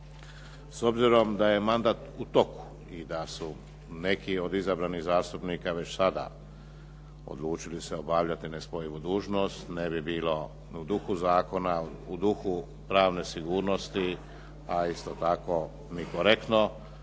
S obzirom da je mandat u toku i da su neki od izabranih zastupnika već sada odlučili se obavljati nespojivu dužnost, ne bi bilo u duhu zakona, u duhu pravne sigurnosti, pa isto tako ni korektno